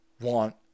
want